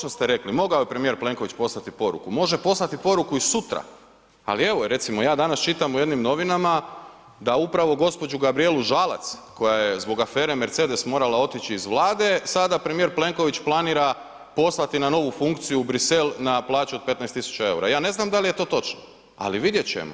Točno ste rekli, mogao je premijer Plenković poslati poruku, može poslati poruku i sutra, ali evo recimo ja danas čitam u jednim novinama da upravo gđu. Gabrijelu Žalac koja je zbog afere Mercedes morala otići iz Vlade, sada premijer Plenković planira poslati na novu funkciju u Brisel na plaću od 15.000,00 EUR-a, ja ne znam da li je to točno, ali vidjet ćemo.